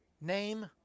Name